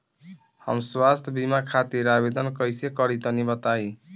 हम स्वास्थ्य बीमा खातिर आवेदन कइसे करि तनि बताई?